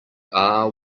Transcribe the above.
are